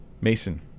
Mason